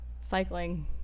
cycling